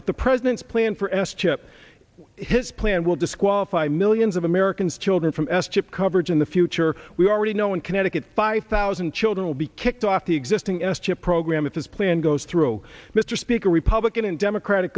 if the president's plan for s chip his plan will disqualify millions of americans children from s chip coverage in the future we already know in connecticut five thousand children will be kicked off the existing s chip program if this plan goes through mr speaker republican and democratic